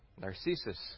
Narcissus